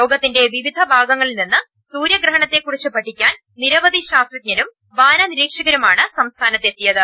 ലോകത്തിന്റെ വിവിധ ഭാഗങ്ങളിൽ നിന്ന് സൂര്യഗ്രഹണത്തെ കുറിച്ച് പഠിക്കാൻ നിരവധി ശാസ്ത്രജ്ഞരും വാന നിരീക്ഷകരുമാണ് സംസ്ഥാനത്ത് എത്തിയത്